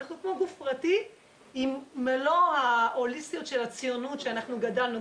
אנחנו כמו גוף פרטי עם מלוא ההוליסטיות של הציונות שאנחנו גדלנו.